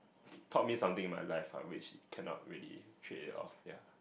it taught me something in my life uh which you cannot really trade it off ya